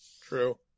True